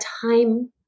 time